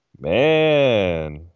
Man